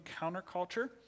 Counterculture